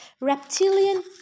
reptilian